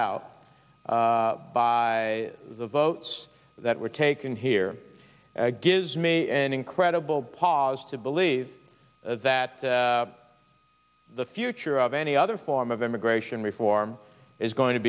out by the votes that were taken here gives me an incredible pause to believe that the future of any other form of immigration reform is going to